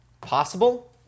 possible